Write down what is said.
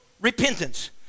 repentance